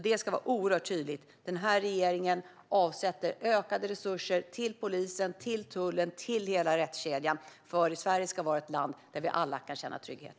Det ska tydligt framgå att denna regering avsätter ökade resurser till polisen, tullen och hela rättskedjan, för Sverige ska vara ett land i vilket vi alla kan känna trygghet.